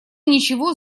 ничего